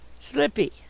Slippy